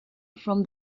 from